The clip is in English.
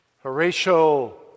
Horatio